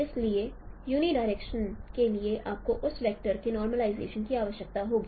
इसलिए यूनिडायरेक्शनल के लिए आपको उस वेक्टर के नॉर्मलाइजेशन की आवश्यकता होगी